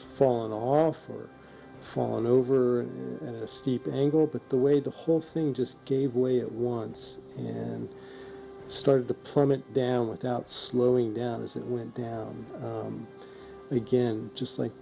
fallen off fallen over in a steep angle but the way the whole thing just gave way it once and started to plummet down without slowing down as it went down again just like